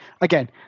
again